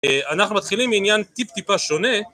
אנחנו מתחילים מעניין טיפ טיפה שונה.